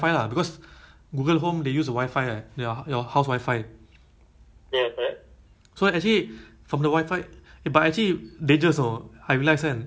K because my my friend he dia pakai google home eh google phone [tau] so I use apple ah but the that time I stay punggol also share with him kan